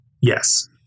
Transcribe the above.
Yes